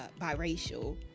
biracial